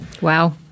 Wow